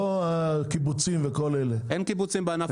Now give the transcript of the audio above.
לא הקיבוצים וכל אלה --- אין קיבוצים בענף ההטלה.